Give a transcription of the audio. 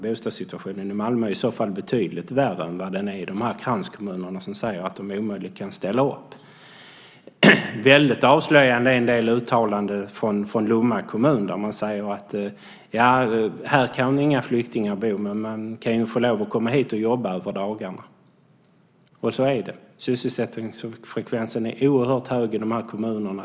Bostadssituationen i Malmö är betydligt värre än vad den är i de kranskommuner som säger att de omöjligt kan ställa upp. Väldigt avslöjande är en del uttalanden från Lomma kommun. Man säger: Här kan inga flyktingar bo, men man kan få komma hit och jobba på dagarna. Så är det. Sysselsättningsfrekvensen är oerhört hög i de här kommunerna.